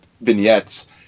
vignettes